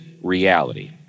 reality